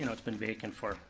you know it's been vacant for,